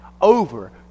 over